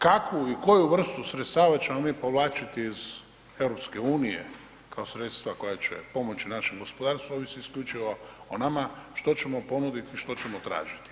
Kakvu i koju vrstu sredstava ćemo mi povlačiti iz EU kao sredstva koja će pomoći našem gospodarstvu ovisi isključivo o nama, što ćemo ponuditi, što ćemo tražiti.